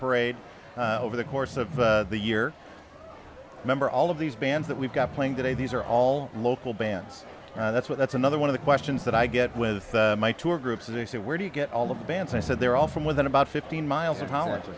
parade over the course of the year remember all of these bands that we've got playing today these are all local bands and that's what that's another one of the questions that i get with my tour groups and they say where do you get all the bands i said they're all from within about fifteen miles of holland